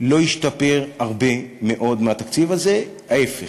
לא ישתפר הרבה מאוד מהתקציב הזה, ההפך.